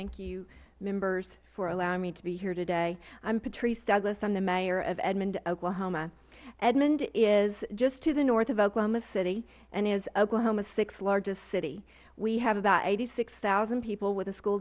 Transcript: thank you members for allowing me to be here today i am patrice douglas i am the mayor of edmond oklahoma edmond is just to the north of oklahoma city and is oklahomas sixth large city we have about eighty six thousand people with a school